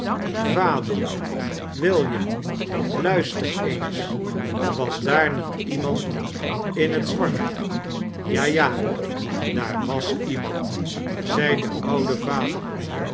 vader william luister eens was daar niet iemand in t zwart ja ja daar was iemand zei de oude vader